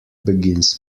begins